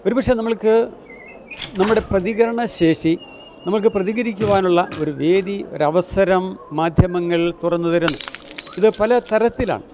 ഒരുപക്ഷെ നമ്മൾക്ക് നമ്മുടെ പ്രതികരണശേഷി നമ്മൾക്ക് പ്രതികരിക്കുവാനുള്ള ഒരു വേദി ഒരു അവസരം മാധ്യമങ്ങൾ തുറന്നു തരുന്നു ഇത് പല തരത്തിലാണ്